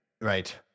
Right